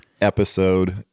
episode